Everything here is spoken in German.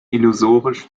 illusorisch